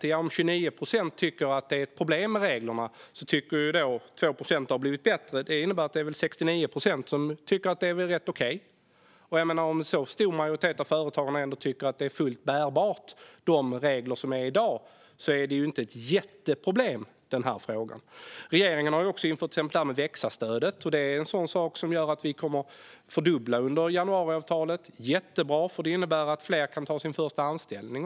Men om 29 procent tycker att det är ett problem med reglerna och 2 procent att det har blivit bättre innebär det väl att 69 procent tycker att det är rätt okej. Om en så stor majoritet av företagarna ändå tycker att de regler som är i dag är fullt bärbara är de ju inte ett jätteproblem. Regeringen har också infört till exempel växa-stödet, som vi kommer att fördubbla med januariavtalet. Det är jättebra, för det innebär att fler kan få sin första anställning.